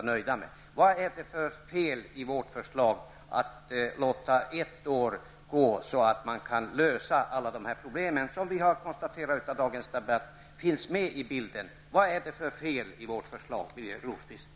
Vad är det för fel i vårt förslag att låta ett år gå så att man kan lösa alla dessa problem, som vi har kunnat konstatera av dagens debatt finns med i bilden? Vad är det för fel i vårt förslag, Birger Rosqvist?